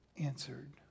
answered